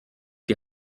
die